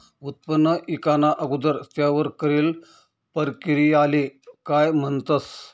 उत्पन्न ईकाना अगोदर त्यावर करेल परकिरयाले काय म्हणतंस?